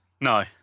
No